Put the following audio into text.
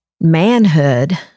manhood